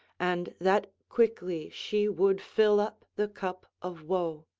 and that quickly she would fill up the cup of woe.